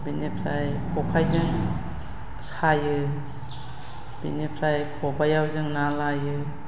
बिनिफ्राय खखाजों सायो बिनिफ्राय खबाइआव जों ना लायो